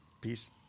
Peace